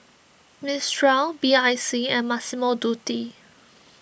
Mistral B I C and Massimo Dutti